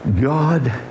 God